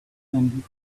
than